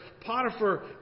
Potiphar